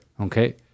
okay